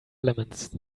elements